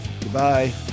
Goodbye